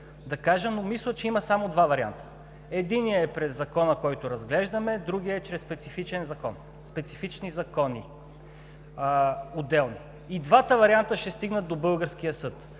да кажа, но мисля, че има само два варианта: единият е през Закона, който разглеждаме, другият е чрез специфични, отделни закони. И двата варианта ще стигнат до българския съд.